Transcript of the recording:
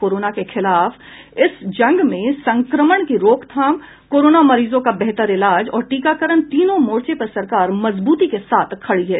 corona के खिलाफ इस जंग में संक्रमण की रोकथाम कोरोना मरीजों का बेहतर इलाज और टीकाकरण तीनों मोर्चों पर सरकार मजबूती के साथ खड़ी है